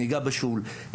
נהיגה בשול,